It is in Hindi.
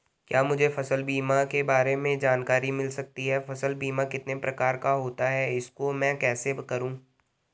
क्या मुझे फसल बीमा के बारे में जानकारी मिल सकती है फसल बीमा कितने प्रकार का होता है इसको मैं कैसे करूँ?